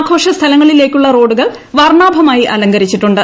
ആഘോഷ സ്ഥലങ്ങളിലേക്കുള്ള റോഡുകൾ വർണ്ണാഭമായി അലങ്കരിച്ചിട്ടുണ്ട്